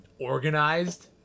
organized